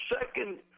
second